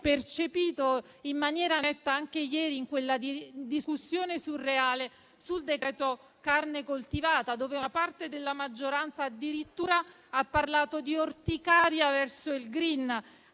percepito in maniera netta anche ieri in quella discussione surreale sul disegno di legge in materia di carne coltivata, dove una parte della maggioranza addirittura ha parlato di orticaria verso il *green*,